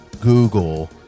google